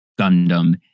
Gundam